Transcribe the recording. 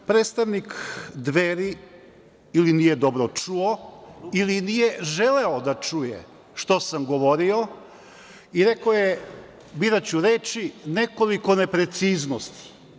Predstavnik Dveri ili nije dobro čuo ili nije želeo da čuje šta sam govorio i rekao je, biraću reči, nekoliko nepreciznosti.